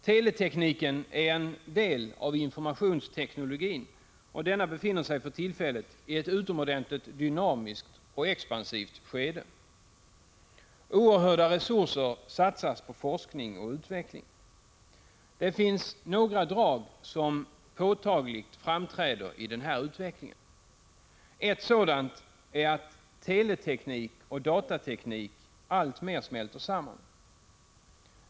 Teletekniken är en del av informationsteknologin och denna befinner sig för tillfället i ett utomordentligt dynamiskt och expansivt skede. Oerhörda resurser satsas på forskning och utveckling. Det finns några drag som påtagligt framträder i den här utvecklingen. Ett sådant är att teleteknik och datateknik alltmer smälter samman.